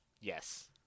Yes